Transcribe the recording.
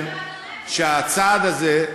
שהצעד הזה,